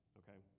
okay